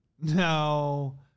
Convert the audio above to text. No